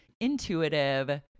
intuitive